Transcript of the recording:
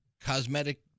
cosmetic